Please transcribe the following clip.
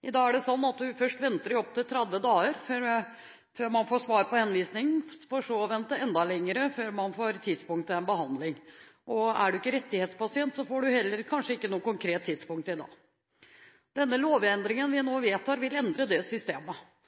I dag er det slik at man først venter i opp til 30 dager før man får svar på henvisningen, for så å vente enda lenger før man får tidspunkt for behandling. Er du ikke rettighetspasient, får du kanskje ikke noe konkret tidspunkt da heller. Den lovendringen vi nå vedtar, vil endre dette systemet.